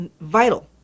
vital